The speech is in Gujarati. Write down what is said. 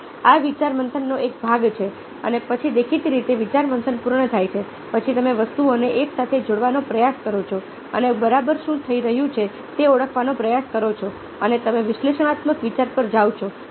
હવેઆ વિચારમંથનનો એક ભાગ છે અને પછી દેખીતી રીતે વિચારમંથન પૂર્ણ થયા પછી તમે વસ્તુઓને એકસાથે જોડવાનો પ્રયાસ કરો છો અને બરાબર શું થઈ રહ્યું છે તે ઓળખવાનો પ્રયાસ કરો છો અને તમે વિશ્લેષણાત્મક વિચાર પર જાઓ છો